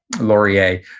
Laurier